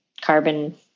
carbon